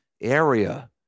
area